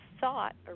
thought